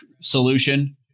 solution